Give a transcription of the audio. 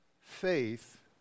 faith